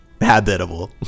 Habitable